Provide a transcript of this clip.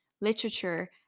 literature